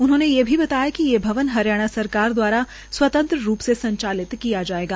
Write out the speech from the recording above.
उन्होंने ये भी बताया कि ये भवन हरियाणा सरकार द्वारा स्वतंत्र रूप से संचालित किया जायेगा